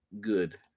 Good